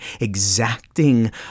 exacting